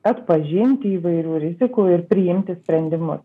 atpažinti įvairių rizikų ir priimti sprendimus